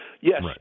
yes